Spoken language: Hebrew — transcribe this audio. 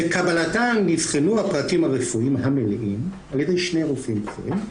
בקבלתה נבחנו הפרטים הרפואיים המלאים על ידי שני רופאים בכירים,